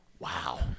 Wow